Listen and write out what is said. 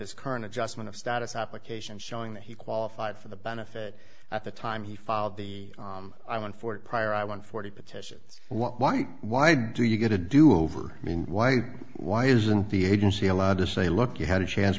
his current adjustment of status applications showing that he qualified for the benefit at the time he filed the i won for it prior i won forty petitions why why do you get a do over i mean why why isn't the agency allowed to say look you had a chance